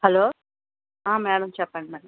hello madam చెప్పండి madam